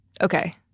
Okay